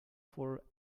for